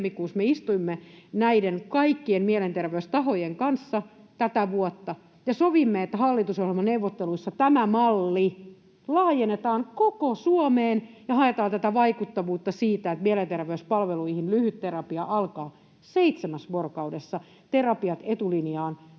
me istuimme näiden kaikkien mielenterveystahojen kanssa ja sovimme, että hallitusohjelmaneuvotteluissa tämä malli laajennetaan koko Suomeen ja haetaan tätä vaikuttavuutta siitä, että mielenterveyspalveluissa lyhytterapia alkaa seitsemässä vuorokaudessa Terapiat etulinjaan